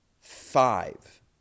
five